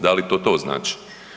Da li to to znači?